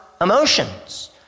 emotions